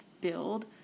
build